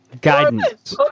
Guidance